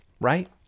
right